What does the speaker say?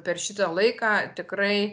per šitą laiką tikrai